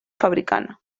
fabricant